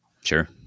Sure